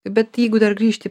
bet jeigu dar grįžti